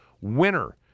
winner